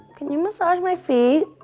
can you massage my feet,